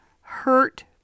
hurt